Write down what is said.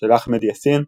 של אחמד יאסין,